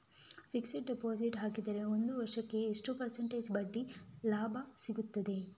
Fixed deposit ಹಾಕಿದರೆ ಒಂದು ವರ್ಷಕ್ಕೆ ಎಷ್ಟು ಪರ್ಸೆಂಟೇಜ್ ಬಡ್ಡಿ ಲಾಭ ಸಿಕ್ತದೆ?